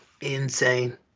Insane